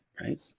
Right